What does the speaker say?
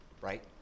right